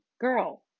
girl